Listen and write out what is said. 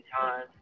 time